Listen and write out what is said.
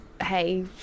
hey